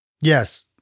Yes